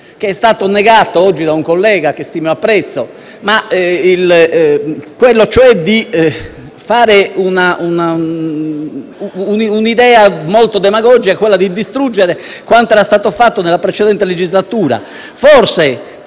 (che è stato negato oggi da un collega che stimo e apprezzo), quello cioè che risponde a un'idea molto demagogica: distruggere quanto era stato fatto nella precedente legislatura.